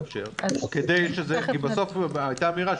כי בסוף הייתה אמירה,